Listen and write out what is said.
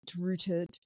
rooted